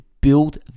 build